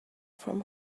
from